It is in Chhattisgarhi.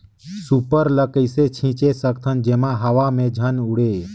सुपर ल कइसे छीचे सकथन जेमा हवा मे झन उड़े?